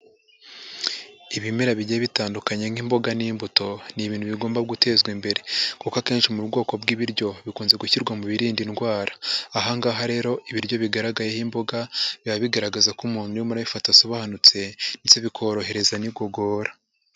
Ibimera bigiye bitandukanye nk'imboga n'imbuto, ni ibintu bigomba gutezwa imbere kuko akenshi mu bwoko bw'ibiryo bikunze gushyirwa mu birinda indwara, aha ngaha rero ibiryo bigaragayeho imboga biba bigaragaza ko umuntu urimo arabifata asobanutse ndetse ndetse bikorohereza n'igogora.